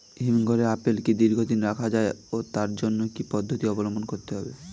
হিমঘরে আপেল কি দীর্ঘদিন রাখা যায় ও তার জন্য কি কি পদ্ধতি অবলম্বন করতে হবে?